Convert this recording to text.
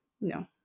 No